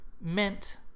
meant